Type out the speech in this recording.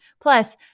Plus